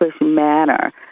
manner